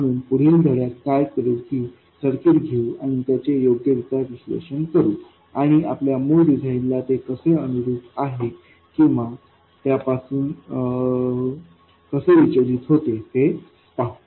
म्हणून पुढील धड्यात काय करू की सर्किट घेऊ आणि त्याचे योग्यरित्या विश्लेषण करू आणि आपल्या मूळ डिझाइनला ते कसे अनुरूप आहे किंवा त्यापासून विचलित होते ते पाहू